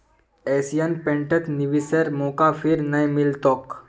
Asian पेंटत निवेशेर मौका फिर नइ मिल तोक